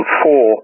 four